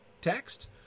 text